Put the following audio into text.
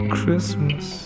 Christmas